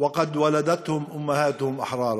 ילדו אותם בני-חורין?)